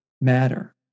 matter